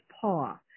paw